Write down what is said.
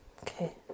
Okay